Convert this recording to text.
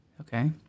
Okay